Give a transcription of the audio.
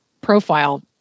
profile